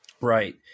Right